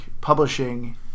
publishing